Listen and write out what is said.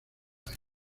años